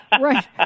right